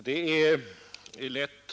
Herr talman!